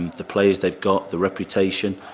the players they've got, the reputation,